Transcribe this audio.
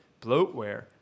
bloatware